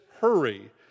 hurry